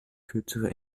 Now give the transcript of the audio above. kürzere